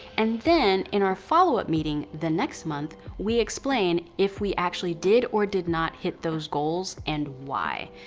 and then, in our follow-up meeting the next month, we explain if we actually did or did not hit those goals and why,